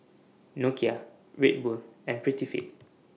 Nokia Red Bull and Prettyfit